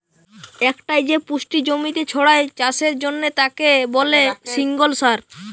একটাই যে পুষ্টি জমিতে ছড়ায় চাষের জন্যে তাকে বলে সিঙ্গল সার